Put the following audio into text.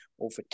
over